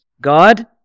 God